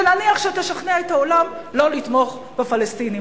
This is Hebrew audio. ונניח שתשכנע את העולם לא לתמוך בפלסטינים,